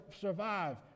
survive